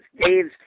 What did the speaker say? Dave's